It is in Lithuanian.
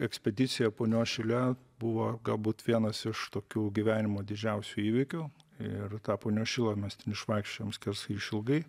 ekspedicija punios šile buvo galbūt vienas iš tokių gyvenimo didžiausių įvykių ir tą punios šilą mes ten išvaikščiojom skersai išilgai